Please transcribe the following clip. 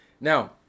Now